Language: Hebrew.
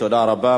תודה רבה.